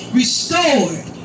restored